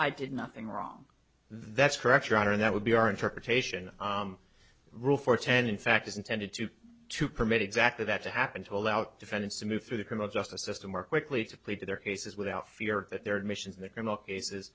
i did nothing wrong that's correct your honor and that would be our interpretation rule four ten in fact is intended to to permit exactly that to happen to allow defendants to move through the criminal justice system or quickly to plead their cases without fear that their admissions in the criminal cases